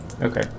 Okay